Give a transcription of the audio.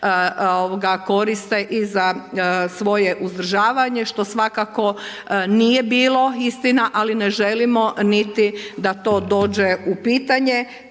koriste i za svoje uzdržavanje, što svakako nije bilo istina, ali ne želimo niti da to dođe u pitanje,